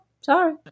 Sorry